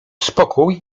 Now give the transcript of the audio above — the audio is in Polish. spokój